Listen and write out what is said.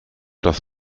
das